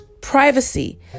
privacy